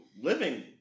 living